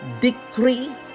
decree